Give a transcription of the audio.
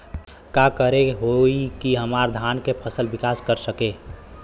का करे होई की हमार धान के फसल विकास कर सके?